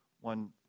One